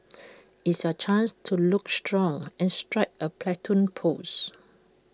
it's your chance to look strong and strike A Platoon pose